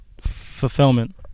fulfillment